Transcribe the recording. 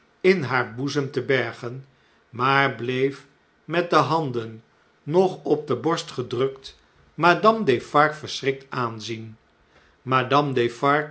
in haar boezem te bergen maar bleef met de handen nog op de borst gedrukt madame defarge verschrikt aanzien